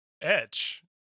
etch